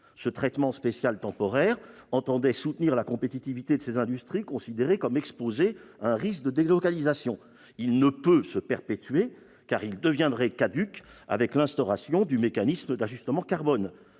Ce traitement spécial temporaire entendait soutenir la compétitivité de ces industries considérées comme exposées à un risque de délocalisation. Il ne peut se perpétuer, car il deviendrait caduc avec l'instauration du mécanisme d'ajustement carbone.